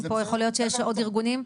יכול להיות שיש עוד ארגונים,